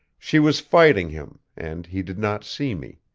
she was fighting him and he did not see me.